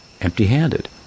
empty-handed